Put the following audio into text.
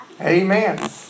Amen